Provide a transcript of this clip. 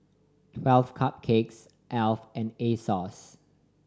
Twelve Cupcakes Alf and Asos